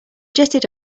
jetted